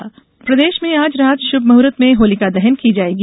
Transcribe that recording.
होलिका दहन प्रदेश में आज रात शुभमुहुर्त में होलिका दहन की जाएगी